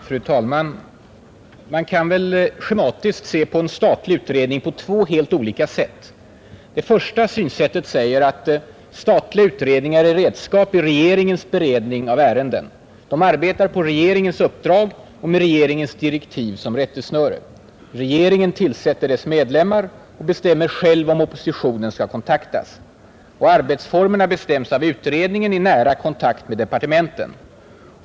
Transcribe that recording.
Fru talman! Man kan väl schematiskt se på en statlig utredning på två helt olika sätt. Det första synsättet säger att statliga utredningar är redskap i regeringens beredning av ärenden. De arbetar på regeringens uppdrag och med regeringens direktiv som rättesnöre. Regeringen tillsätter deras medlemmar och bestämmer själv om oppositionen skall kontaktas. Arbetsformerna bestäms av utredningen i nära kontakt med departementen.